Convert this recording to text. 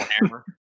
hammer